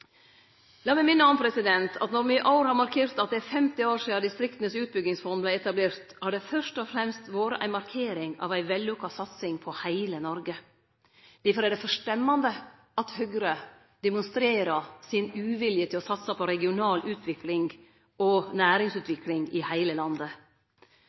meg minne om at når me i år har markert at det er 50 år sidan Distriktenes Utbyggingsfond vart etablert, har det først og fremst vore ei markering av ei vellukka satsing på heile Noreg. Difor er det forstemmande at Høgre demonstrerer sin uvilje mot å satse på regional utvikling og